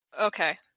Okay